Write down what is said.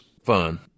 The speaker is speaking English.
Fun